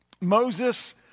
Moses